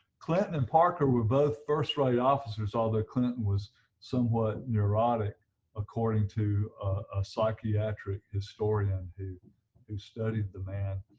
clinton and parker were both first-rate officers although clinton was somewhat neurotic according to a psychiatric historian who who studied the man